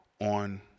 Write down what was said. on